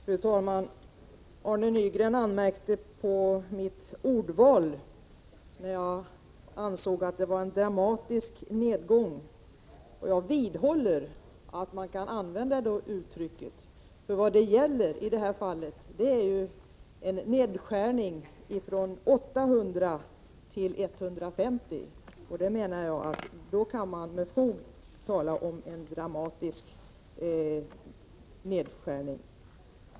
Fru talman! Arne Nygren anmärkte på mitt ordval när jag sade att jag ansåg att det är en dramatisk nedgång. Jag vidhåller att man kan använda det uttrycket. Vad det gäller i det här fallet är ju en nedskärning från 800 till 150, och då kan man med fog tala om en dramatisk nedskärning.